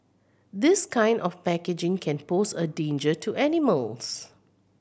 this kind of packaging can pose a danger to animals